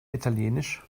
italienisch